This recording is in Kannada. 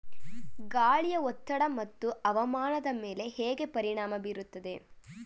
ಗಾಳಿಯ ಒತ್ತಡ ಮತ್ತು ಅದು ಹವಾಮಾನದ ಮೇಲೆ ಹೇಗೆ ಪರಿಣಾಮ ಬೀರುತ್ತದೆ?